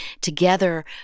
Together